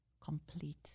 complete